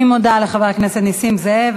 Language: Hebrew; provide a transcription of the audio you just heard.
אני מודה לחבר הכנסת נסים זאב.